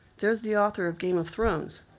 there's the author of game of thrones.